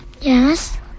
Yes